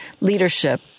leadership